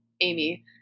Amy